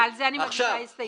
ועל זה אני מגישה הסתייגות.